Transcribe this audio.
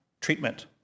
treatment